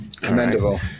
commendable